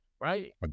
Right